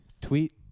Tweet